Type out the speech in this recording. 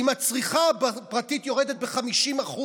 אם הצריכה הפרטית יורדת ב-50%,